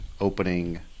opening